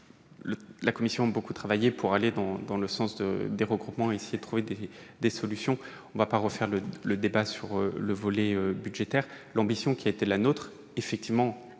La commission a beaucoup travaillé pour aller dans le sens des regroupements et essayer de trouver des solutions. On ne va pas refaire le débat sur le volet budgétaire. Notre ambition était à la fois de